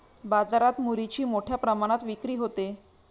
बाजारात मुरीची मोठ्या प्रमाणात विक्री होते